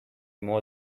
more